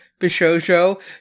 Bishojo